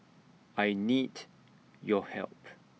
I need your help